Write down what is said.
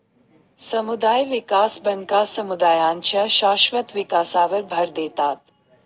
समुदाय विकास बँका समुदायांच्या शाश्वत विकासावर भर देतात